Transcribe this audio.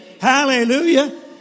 Hallelujah